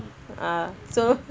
ah so